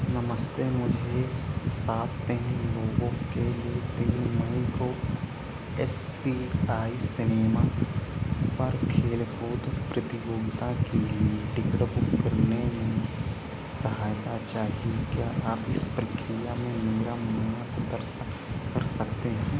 नमस्ते मुझे सात तीन लोगों के लिए तीन मई को एस पी आई सिनेमा पर खेल कूद प्रतियोगिता के लिए टिकट बुक करने में सहायता चाहिए क्या आप इस प्रक्रिया में मेरा मार्गदर्शन कर सकते हैं